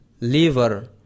liver